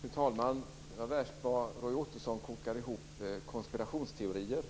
Fru talman! Det var värst vad Roy Ottosson kokar ihop konspirationsteorier.